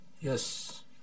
Yes